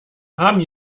haben